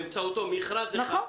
שמרכז השלטון המקומי יוציא מכרז אחד,